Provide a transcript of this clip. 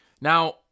Now